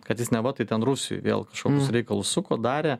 kad jis neva tai ten rusijoj vėl kažkokius reikalus suko darė